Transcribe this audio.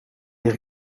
lig